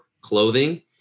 clothing